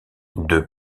deux